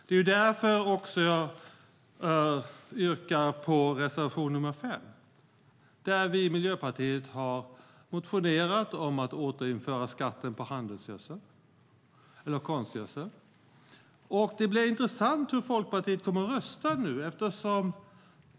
Det är därför jag yrkar bifall till reservation nr 5, efter att vi i Miljöpartiet har motionerat om att återinföra skatten på konstgödsel. Det blir intressant att se hur Folkpartiet kommer att rösta.